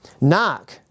Knock